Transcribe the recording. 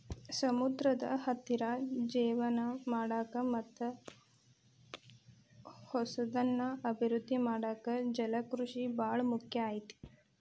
ಸಮುದ್ರದ ಹತ್ತಿರ ಜೇವನ ಮಾಡಾಕ ಮತ್ತ್ ಹೊಸದನ್ನ ಅಭಿವೃದ್ದಿ ಮಾಡಾಕ ಜಲಕೃಷಿ ಬಾಳ ಮುಖ್ಯ ಐತಿ